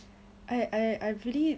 I I I really